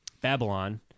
Babylon